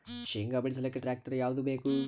ಶೇಂಗಾ ಬಿಡಸಲಕ್ಕ ಟ್ಟ್ರ್ಯಾಕ್ಟರ್ ಯಾವದ ಬೇಕು?